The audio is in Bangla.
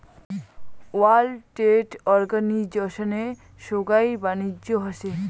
ওয়ার্ল্ড ট্রেড অর্গানিজশনে সোগাই বাণিজ্য হসে